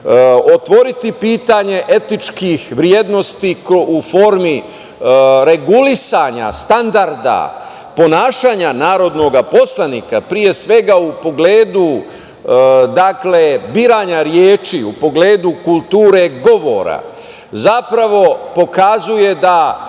otvoriti pitanje etičkih vrednosti u formi regulisanja standarda ponašanja narodnog poslanika, pre svega u pogledu biranja reči, u pogledu kulture govora, zapravo pokazuje da